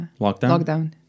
lockdown